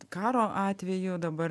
karo atveju dabar